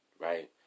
right